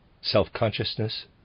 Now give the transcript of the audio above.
Self-Consciousness